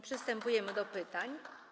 Przystępujemy do pytań.